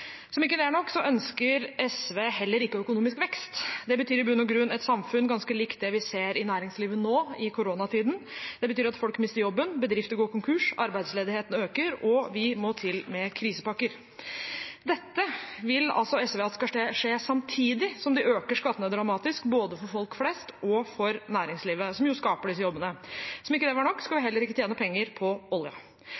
Som om ikke det er nok, ønsker SV heller ikke økonomisk vekst. Det betyr i bunn og grunn et samfunn ganske likt det vi ser i næringslivet nå, i koronatiden. Det betyr at folk mister jobben, bedrifter går konkurs, arbeidsledigheten øker og vi må til med krisepakker. Dette vil altså SV skal skje samtidig som de øker skattene dramatisk både for folk flest og for næringslivet, som jo skaper disse jobbene. Som om ikke det var nok, skal vi